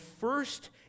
first